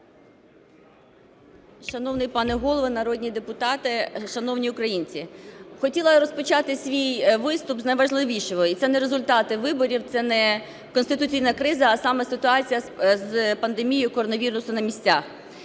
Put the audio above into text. Шановний пане Голово, народні депутати, шановні українці! Хотіла розпочати свій виступ з найважливішого, і це не результати виборів, це не конституційна криза, а саме ситуація з пандемією коронавірусу на місцях.